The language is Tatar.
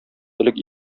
элек